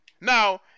Now